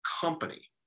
company